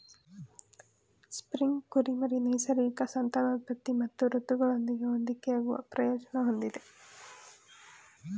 spring ಕುರಿಮರಿ ನೈಸರ್ಗಿಕ ಸಂತಾನೋತ್ಪತ್ತಿ ಮತ್ತು ಋತುಗಳೊಂದಿಗೆ ಹೊಂದಿಕೆಯಾಗುವ ಪ್ರಯೋಜನ ಹೊಂದಿದೆ